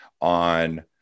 on